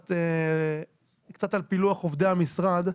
קצת על פילוח עובדי המשרד.